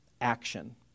action